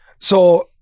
So-